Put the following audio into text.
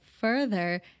further